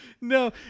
no